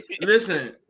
Listen